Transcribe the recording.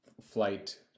flight